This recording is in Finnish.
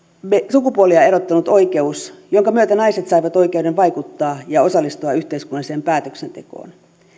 sukupuolia erottanut oikeus jonka myötä naiset saivat oikeuden vaikuttaa ja osallistua yhteiskunnalliseen päätöksentekoon